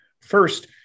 First